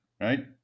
right